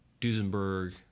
Duesenberg